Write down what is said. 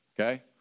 okay